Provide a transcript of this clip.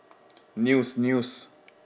news news